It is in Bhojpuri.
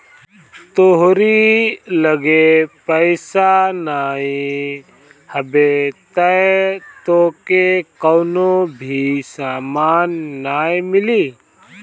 तोहरी लगे पईसा नाइ हवे तअ तोहके कवनो भी सामान नाइ मिली